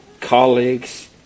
colleagues